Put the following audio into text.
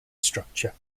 structure